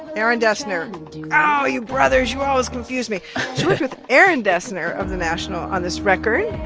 aaron dessner oh, you brothers, you always confuse me. she worked with aaron dessner of the national on this record.